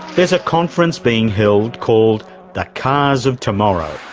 there's a conference being held called the cars of tomorrow.